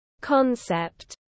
concept